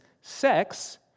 sex